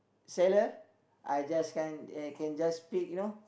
seller I just can I can just pick you know